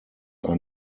are